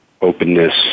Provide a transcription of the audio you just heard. openness